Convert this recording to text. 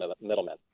middlemen